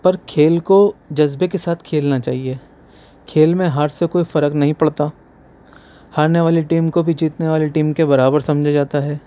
پر کھیل کو جذبے کے ساتھ کھیلنا چاہیے کھیل میں ہار سے کوئی فرق نہیں پڑتا ہارنے والی ٹیم کو بھی جیتنے والی ٹیم کے برابر سمجھا جاتا ہے